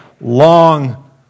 long